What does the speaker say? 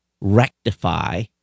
rectify